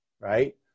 right